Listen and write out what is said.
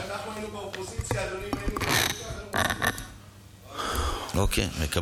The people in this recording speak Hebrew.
כשאנחנו היינו באופוזיציה, אדוני, אם היינו